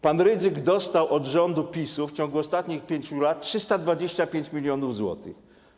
Pan Rydzyk dostał od rządu PiS-u w ciągu ostatnich 5 lat 325 mln zł.